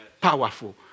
powerful